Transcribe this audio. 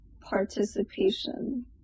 participation